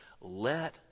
let